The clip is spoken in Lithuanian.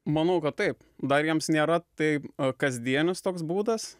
manau kad taip dar jiems nėra tai kasdienis toks būdas